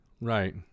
right